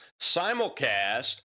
Simulcast